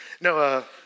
No